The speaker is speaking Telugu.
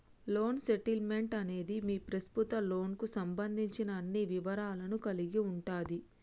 లోన్ స్టేట్మెంట్ అనేది మీ ప్రస్తుత లోన్కు సంబంధించిన అన్ని వివరాలను కలిగి ఉంటది